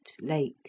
lake